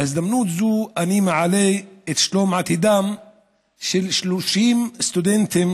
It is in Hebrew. בהזדמנות זו אני מעלה את שלום עתידם של 30 סטודנטים